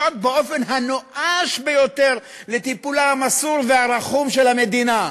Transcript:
באופן הנואש ביותר לטיפולה המסור והרחום של המדינה.